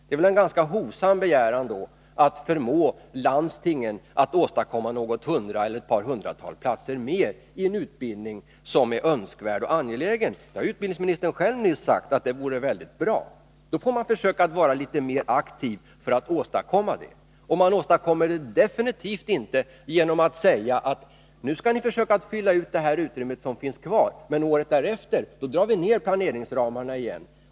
Det är väl en ganska hovsam begäran när man vill förmå landstingen att åstadkomma något hundratal eller ett par hundratal platser mer i en utbildning som är önskvärd och angelägen. Utbildningsministern har själv nyss sagt att det vore mycket bra. Då får man försöka vara litet mer aktiv för att åstadkomma det. Man åstadkommer det definitivt inte genom att säga att man nu skall försöka fylla ut det utrymme som finns kvar men att planeringsramarna året därefter minskar igen.